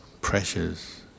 pressures